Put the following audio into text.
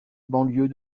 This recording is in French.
banlieue